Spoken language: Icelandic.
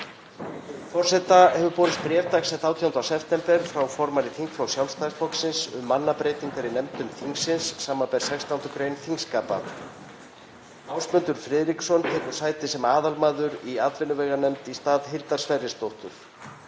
Forseta hefur borist bréf, dagsett 18. september, frá formanni þingflokks Sjálfstæðisflokks um mannabreytingar í nefndum þingsins, sbr. 16. gr. þingskapa: Ásmundur Friðriksson tekur sæti sem aðalmaður í atvinnuveganefnd í stað Hildar Sverrisdóttur.